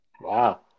Wow